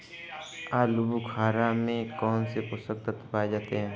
आलूबुखारा में कौन से पोषक तत्व पाए जाते हैं?